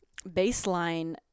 baseline